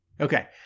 Okay